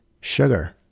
Sugar